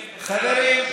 חברים,